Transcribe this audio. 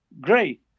great